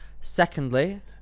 Secondly